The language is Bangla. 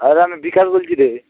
আরে আমি বিকাশ বলছি রে